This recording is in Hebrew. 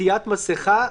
עטיית מסכה,